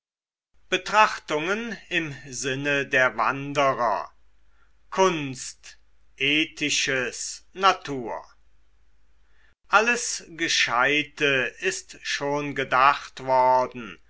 betrachtungen im sinne der wanderer kunst ethisches natur alles gescheite ist schon gedacht worden